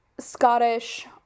Scottish